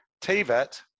TVET